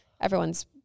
Everyone's